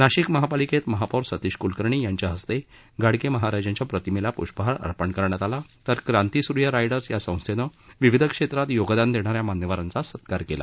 नाशिक महापालिकेत महापौर सतीश कुलकर्णी यांच्या हस्ते गाडगे महाराजांच्या प्रतिमेस पुष्पहार अर्पण करण्यात आला तर क्रांतिसूर्य रायडर्स या संस्थेनं विविध क्षेत्रात योगदान देणाऱ्या मान्यवरांचा सत्कार केला